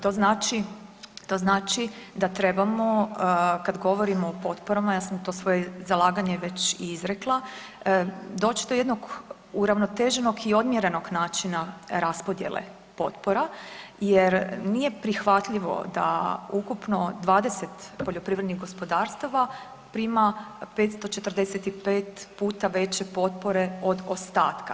To znači, to znači da trebamo kad govorimo o potporama, ja sam to svoje zalaganje već izrekla, doć do jednog uravnoteženog i odmjerenog načina raspodjele potpora jer nije prihvatljivo da ukupno 20 poljoprivrednih gospodarstava prima 545 puta veće potpore od ostatka.